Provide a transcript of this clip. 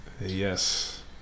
yes